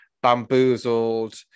bamboozled